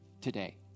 today